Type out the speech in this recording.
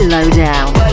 Lowdown